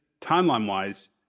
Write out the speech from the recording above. timeline-wise